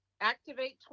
activate